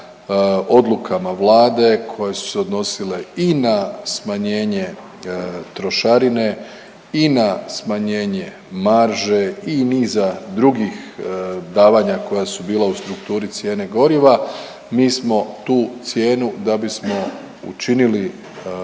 odlukama vlade koje su se odnosile i na smanjenje trošarine i na smanjenje marže i niza drugih davanja koja su bila u strukturi cijene goriva mi smo tu cijenu da bismo učinili energente,